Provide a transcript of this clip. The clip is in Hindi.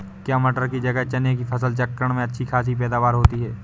क्या मटर की जगह चने की फसल चक्रण में अच्छी खासी पैदावार होती है?